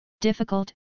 Difficult